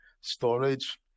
storage